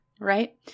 right